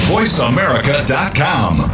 VoiceAmerica.com